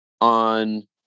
on